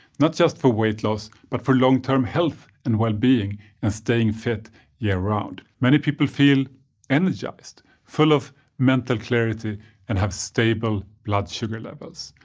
not just for weight loss, but for long-term health and well-being and staying fit year-round. many people feel energized, full of mental clarity and have stable blood sugar levels.